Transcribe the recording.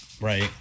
Right